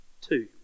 Two